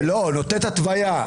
נותנת התוויה,